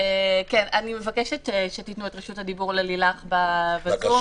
אני מבקשת שתתנו את רשות הדיבור ללילך בזום,